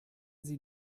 sie